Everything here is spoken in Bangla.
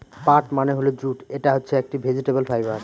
পাট মানে হল জুট এটা হচ্ছে একটি ভেজিটেবল ফাইবার